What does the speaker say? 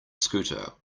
scooter